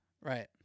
Right